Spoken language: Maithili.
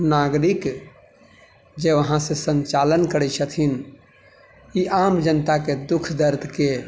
नागरिक जे वहाँसँ सञ्चालन करै छथिन ई आम जनताके दुःख दर्दके